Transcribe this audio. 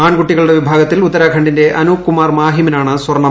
ആൺകുട്ടികളുടെ വിഭാഗത്തിൽ ഉത്തരാഖണ്ഡിന്റെ അനൂപ് കുമാർ മാഹിമിനാണ് സ്വർണം